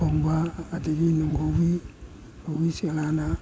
ꯈꯣꯡꯕ ꯑꯗꯒꯤ ꯅꯣꯡꯒꯧꯕꯤ ꯀꯧꯕꯤ ꯆꯦꯛꯂꯥꯅ